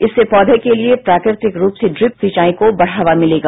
इससे पौधे के लिए प्राकृतिक रूप से ड्रिप सिंचाई को बढावा मिलेगा